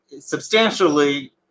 substantially